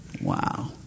Wow